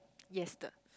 yes the